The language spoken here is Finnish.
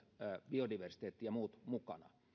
biodiversiteetti ja muut